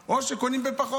או שקונים בפחות.